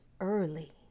early